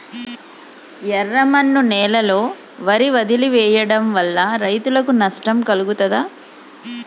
ఎర్రమన్ను నేలలో వరి వదిలివేయడం వల్ల రైతులకు నష్టం కలుగుతదా?